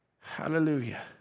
Hallelujah